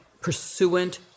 pursuant